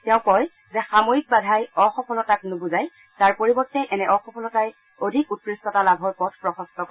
তেওঁ কয় যে সাময়িক বাধাই অসফলতাক নুবুজায় তাৰ পৰিৱৰ্তে এনে অসফলতাই অধিক উৎকৃষ্টতা লাভৰ পথ প্ৰশস্ত কৰে